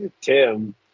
Tim